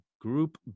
group